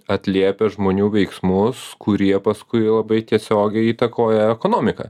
atliepia žmonių veiksmus kurie paskui labai tiesiogiai įtakoja ekonomiką